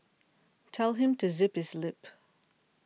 tell him to zip his lip